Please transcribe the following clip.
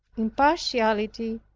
impartiality,